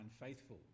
unfaithful